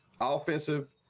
Offensive